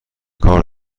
کار